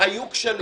היו כשלים,